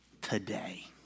today